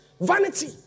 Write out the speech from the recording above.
vanity